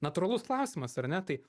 natūralus klausimas ar ne tai